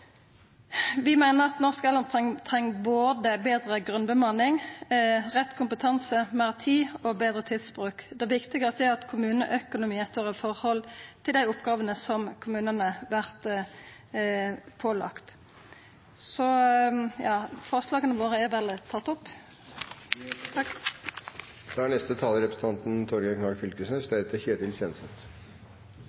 Vi meiner at norske eldre treng både betre grunnbemanning, rett kompetanse, meir tid og betre tidsbruk. Det viktigaste er at kommuneøkonomien står i forhold til dei oppgåvene som kommunane vert pålagde. Det er